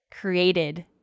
created